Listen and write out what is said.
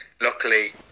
luckily